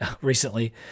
recently